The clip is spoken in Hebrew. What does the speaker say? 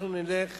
נלך